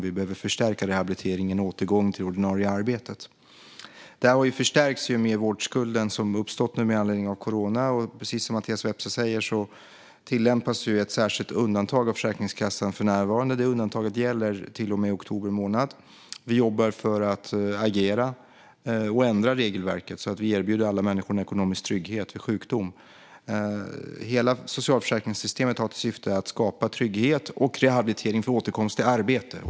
Vi behöver tvärtom förstärka rehabiliteringen och återgången till det ordinarie arbetet. Det här förstärks med vårdskulden som har uppstått med anledning av corona. Precis som Mattias Vepsä säger tillämpas ett särskilt undantag av Försäkringskassan för närvarande. Det undantaget gäller till och med oktober månad. Vi jobbar för att agera och ändra regelverket så att vi erbjuder alla människor en ekonomisk trygghet vid sjukdom. Hela socialförsäkringssystemet har till syfte att skapa trygghet och rehabilitering för återgång till arbete.